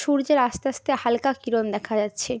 সূর্যের আস্তে আস্তে হালকা কিরণ দেখা যাচ্ছে